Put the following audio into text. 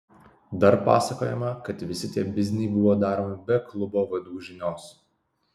dar pasakojama kad visi tie bizniai buvo daromi be klubo vadų žinios